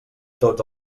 tots